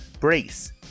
Brace